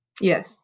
Yes